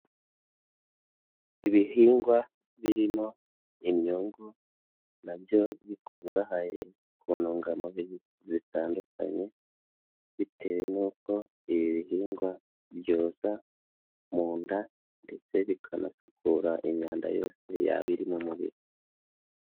Ibihingwa birimo imyungu nabyo bikungahaye ku ntungamubiri zitandukanye, bitewe n'uko ibi bihingwa byoza mu nda ndetse bikanasukura imyanda yose yaba iri mu mubiri.